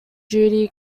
duty